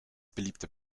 beliebte